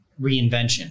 reinvention